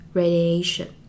radiation